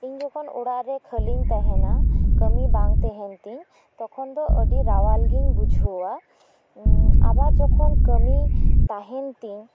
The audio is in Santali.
ᱤᱧ ᱡᱚᱠᱷᱚᱱ ᱚᱲᱟᱜ ᱨᱮ ᱠᱷᱟᱞᱤᱧ ᱛᱟᱦᱮᱸᱱᱟ ᱠᱟᱢᱤ ᱵᱟᱝ ᱛᱟᱦᱮᱸᱱ ᱛᱤᱧ ᱛᱚᱠᱷᱚᱱ ᱫᱚ ᱟᱰᱤ ᱨᱟᱣᱟᱞ ᱜᱮᱧ ᱵᱩᱡᱷᱟᱹᱣᱟ ᱟᱵᱟᱨ ᱡᱚᱠᱷᱚᱱ ᱠᱟᱢᱤ ᱛᱟᱦᱮᱸᱱ ᱛᱤᱧ